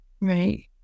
Right